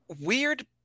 weird